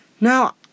Now